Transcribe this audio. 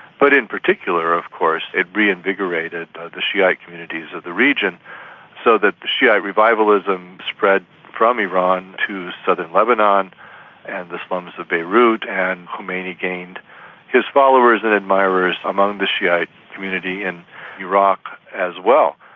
but in particular of course it reinvigorated the shiite communities of the region so that shiite revivalism spread from iran to southern lebanon and the slums of the beirut, and khomeini gained his followers and admirers among the shiite community and iraq as well.